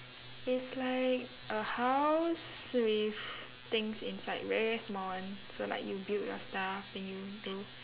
it's like a house with things inside very very small one so like you build your stuff then you do